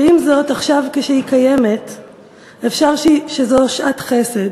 ועם זאת, עכשיו כשהיא קיימת אפשר שזו שעת חסד